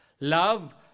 Love